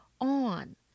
on